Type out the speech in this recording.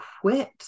quit